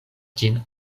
ĝin